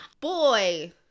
Boy